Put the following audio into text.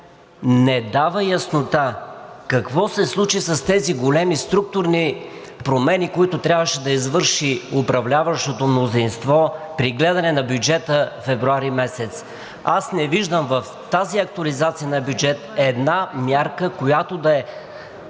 не дава яснота какво се случи с тези големи структурни промени, които трябваше да извърши управляващото мнозинство при гледане на бюджета февруари месец. Аз не виждам в тази актуализация на бюджет една мярка, която да е